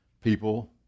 people